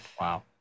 Wow